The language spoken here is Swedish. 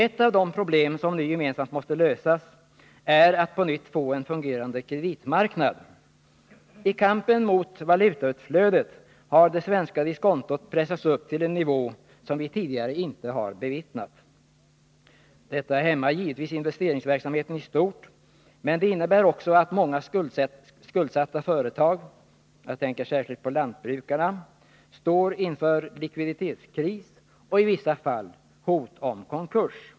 Ett av de problem som nu gemensamt måste lösas är hur vi på nytt skall kunna få en fungerande kreditmarknad. I kampen mot valutautflödet har det svenska diskontot pressats upp till en nivå som vi tidigare inte har bevittnat. Detta hämmar givetvis investeringsverksamheten i stort, men det innebär också att många skuldsatta företag — jag tänker särskilt på företag inom lantbruket — står inför likviditetskris och i vissa fall hotande konkurs.